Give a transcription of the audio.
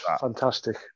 fantastic